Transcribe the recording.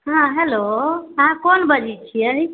हँ हेलो हँ कोन बजै छियै